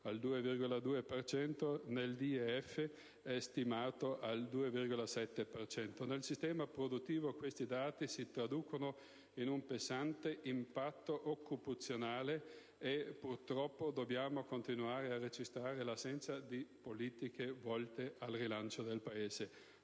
cento, nel DEF è stimato a 2,7 per cento. Nel sistema produttivo questi dati si traducono in un pesante impatto occupazionale e purtroppo dobbiamo continuare a registrare l'assenza di politiche volte al rilancio del Paese.